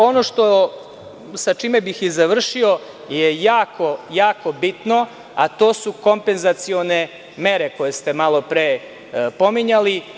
Ono sa čime bih završio je jako bitno, a to su kompenzacione mere koje ste malopre pominjali.